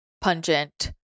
pungent